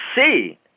see